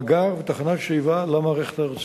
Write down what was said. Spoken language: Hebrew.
מאגר ותחנת שאיבה למערכת הארצית.